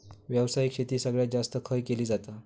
व्यावसायिक शेती सगळ्यात जास्त खय केली जाता?